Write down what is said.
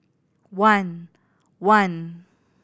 one one